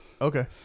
okay